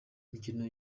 imikino